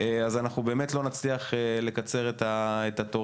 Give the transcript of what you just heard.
אז אנחנו באמת לא נצליח לקצר את התורים.